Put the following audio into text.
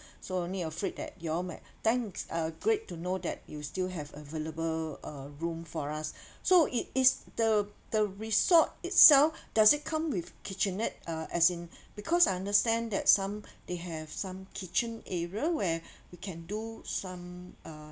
so only afraid that you all might thanks uh great to know that you still have available uh room for us so it is the the resort itself does it come with kitchenette uh as in because I understand that some they have some kitchen area where we can do some uh